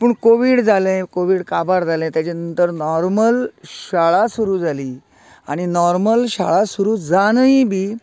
पूण कोवीड जालें कोवीड काबार जालें तेजे नंतर नाॅर्मल शाळा सुरू जाली आनी नाॅर्मल शाळा सुरू जावनय बी